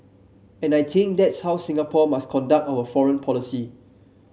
and I think that's how Singapore must conduct our foreign policy